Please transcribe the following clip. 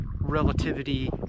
relativity